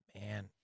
man